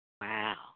wow